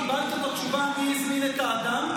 קיבלת תשובה מי הזמין את האדם,